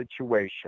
situation